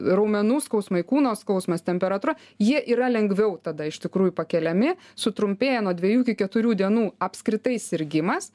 raumenų skausmai kūno skausmas temperatūra jie yra lengviau tada iš tikrųjų pakeliami sutrumpėja nuo dvejų iki keturių dienų apskritai sirgimas